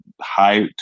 High